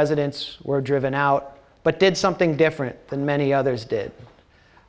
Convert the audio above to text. residents were driven out but did something different than many others did